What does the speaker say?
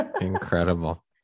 incredible